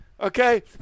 Okay